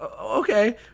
okay